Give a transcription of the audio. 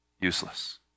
useless